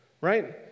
right